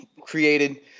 created